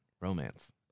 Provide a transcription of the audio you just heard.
romance